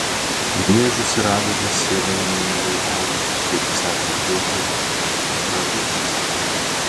miežius ir avižas sėdavo mėnuliui augant kaip sako dzūkai ragučiuose